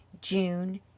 June